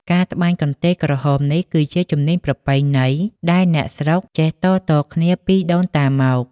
ការត្បាញកន្ទេលក្រហមនេះ គឺជាជំនាញប្រពៃណីដែលអ្នកស្រុកចេះតៗគ្នាពីដូនតាមក។